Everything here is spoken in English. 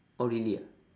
oh really ah